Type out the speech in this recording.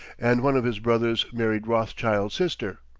and one of his brothers married rothschild's sister.